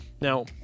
Now